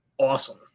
awesome